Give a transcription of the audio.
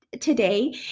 today